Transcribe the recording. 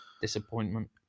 Disappointment